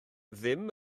ddim